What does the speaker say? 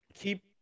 keep